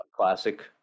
classic